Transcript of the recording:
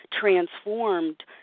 transformed